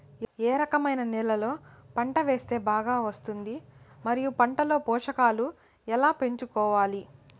ఏ రకమైన నేలలో పంట వేస్తే బాగా వస్తుంది? మరియు పంట లో పోషకాలు ఎలా పెంచుకోవాలి?